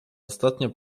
ostatnio